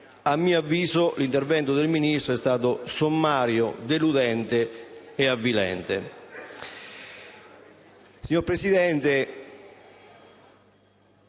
A mio avviso l'intervento del Ministro è stato sommario, deludente e avvilente.